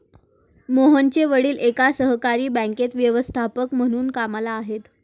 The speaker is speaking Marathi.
मोहनचे वडील एका सहकारी बँकेत व्यवस्थापक म्हणून कामला आहेत